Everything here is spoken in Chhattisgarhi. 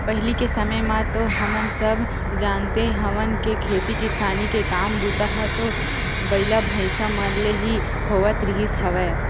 पहिली के समे म तो हमन सब जानते हवन के खेती किसानी के काम बूता ह तो बइला, भइसा मन ले ही होवत रिहिस हवय